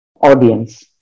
audience